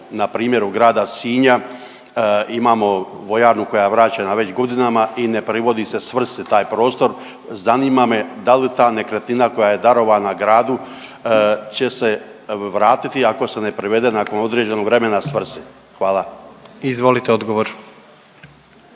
na primjeru grada Sinja imamo vojarnu koja je vraćena već godinama i ne privodi se svrsi taj prostor. Zanima me da li ta nekretnina koja je darovana gradu će se vratiti ako se ne privede nakon određenog vremena svrsi. Hvala. **Jandroković,